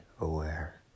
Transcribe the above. aware